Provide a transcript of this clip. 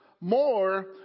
more